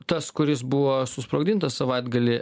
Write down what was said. tas kuris buvo susprogdintas savaitgalį